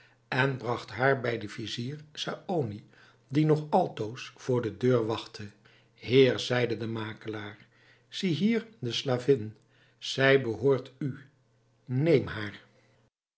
en bragt haar bij den vizier saony die nog altoos voor de deur wachtte heer zeide de makelaar ziehier de slavin zij behoort u neem haar